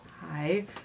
Hi